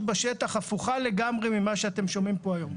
בשטח הפוכה לגמרי ממה שאתם שומעים פה היום.